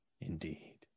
indeed